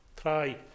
try